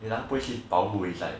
不会去保护 it's like